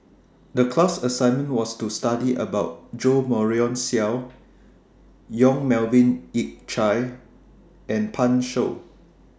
The class assignment was to study about Jo Marion Seow Yong Melvin Yik Chye and Pan Shou